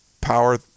power